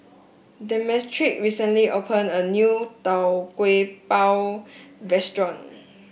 Demetric recently opened a new Tau Kwa Pau restaurant